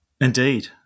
Indeed